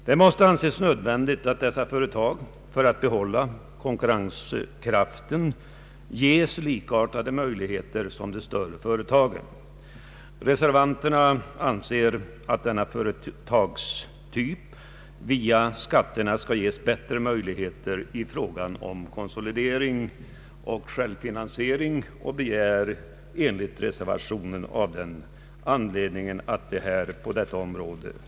Det måste anses nödvändigt att dessa företag för att kunna behålla konkurrenskraften ges likartade möjligheter med de större företagen. Reservanterna anser att denna företagstyp via skatterna skall ges bättre möjligheter till konsolidering och självfinansiering och begär därför att utredningar skall vidtas på detta område.